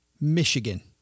Michigan